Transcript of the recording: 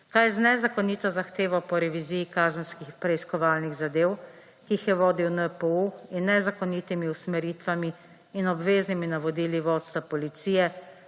je z nezakonito zahtevo po reviziji kazenskih preiskovalnih zadev, ki jih je vodil NPU, in nezakonitimi usmeritvami in obveznimi navodili vodstva policije;